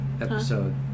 episode